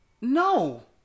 No